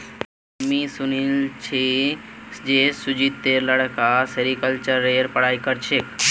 हामी सुनिल छि जे सुजीतेर लड़का सेरीकल्चरेर पढ़ाई कर छेक